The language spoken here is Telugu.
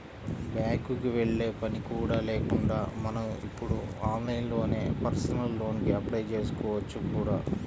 బ్యాంకుకి వెళ్ళే పని కూడా లేకుండా మనం ఇప్పుడు ఆన్లైన్లోనే పర్సనల్ లోన్ కి అప్లై చేసుకోవచ్చు కూడా